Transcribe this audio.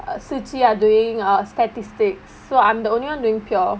siqi are doing err statistics so I'm the only one doing pure